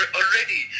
already